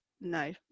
no